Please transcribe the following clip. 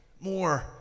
more